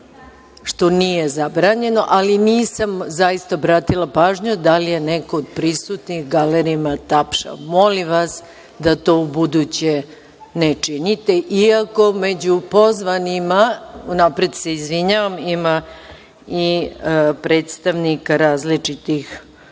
što nije zabranjeno, ali nisam zaista obratila pažnju da li je neko od prisutnih na galeriji tapšao. Molim vas da to ubuduće ne činite, iako među pozvanima, unapred se izvinjavam, ima i predstavnika različitih